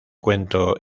cuento